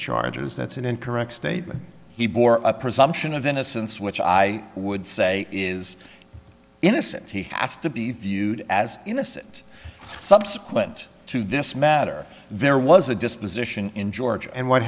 charges that's an incorrect statement he bore a presumption of innocence which i would say is innocent he has to be viewed as innocent subsequent to this matter there was a disposition in georgia and what